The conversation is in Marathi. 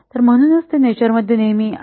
तर म्हणूनच ते नेचर मध्ये नेहमी आहे